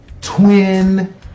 twin